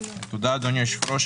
תודה, אדוני היושב-ראש.